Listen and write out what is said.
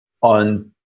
on